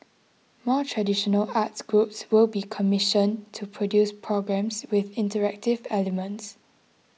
more traditional arts groups will be commissioned to produce programmes with interactive elements